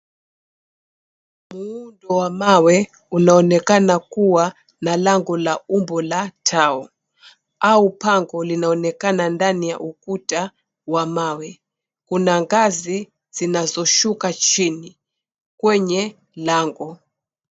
Muundo wa mawe unaonekana kuwa na lango la umbo la tao au pango linaonekana ndani ya ukuta wa mawe. Kuna ngazi zinazoshuka chini kwenye lango.